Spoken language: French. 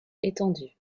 étendue